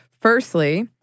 Firstly